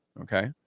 Okay